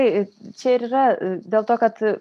tai čia ir yra dėl to kad